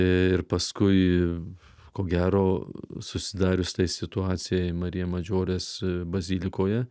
ir paskui ko gero susidarius tai situacijai marija madžiorės bazilikoje